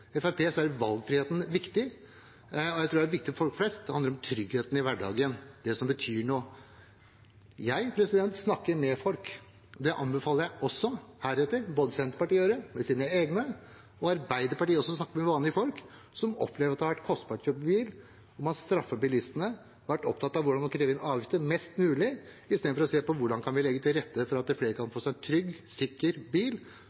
er valgfriheten viktig, og jeg tror det er viktig for folk flest. Det handler om tryggheten i hverdagen, det som betyr noe. Jeg snakker med folk, og det anbefaler jeg også heretter både Senterpartiet – med sine egne – og Arbeiderpartiet også å gjøre, snakke med vanlige folk, som opplever at det har vært kostbart å kjøpe bil, og at man straffer bilistene. Man har vært opptatt av hvordan man krever inn avgifter, mest mulig, i stedet for å se på hvordan vi kan legge til rette for at flere kan